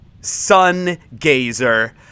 sun-gazer